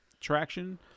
traction